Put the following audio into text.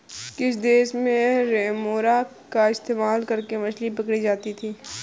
किस देश में रेमोरा का इस्तेमाल करके मछली पकड़ी जाती थी?